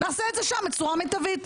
נעשה את זה שם בצורה מיטבית.